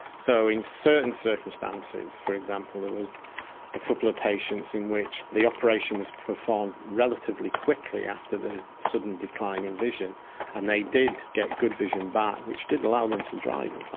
so in certain circumstances, for example, there was a couple of patients in which the operation was performed relatively quickly after the sudden decline in vision and they did get good vision back, which did allow them to drive in fact,